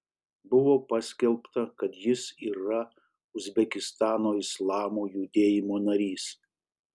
buvo paskelbta kad jis yra uzbekistano islamo judėjimo narys